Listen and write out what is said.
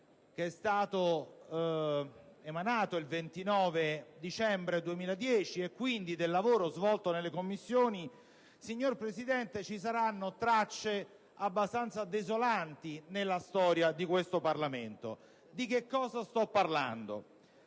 che è stato emanato il 29 dicembre 2010 (parliamo quindi del lavoro svolto nelle Commissioni), rimarranno, signor Presidente, tracce abbastanza desolanti per la storia di questo Parlamento. Di che cosa sto parlando?